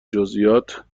جزییات